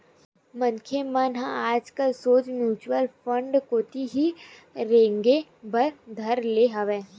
मनखे मन ह आजकल सोझ म्युचुअल फंड कोती ही रेंगे बर धर ले हवय